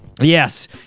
Yes